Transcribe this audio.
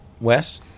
Wes